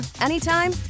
anytime